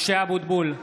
משה אבוטבול,